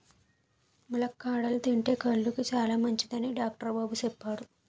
ములక్కాడలు తింతే కళ్ళుకి సాలమంచిదని డాక్టరు బాబు సెప్పాడు